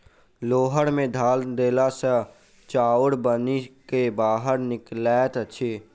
hauler मे धान देला सॅ चाउर बनि क बाहर निकलैत अछि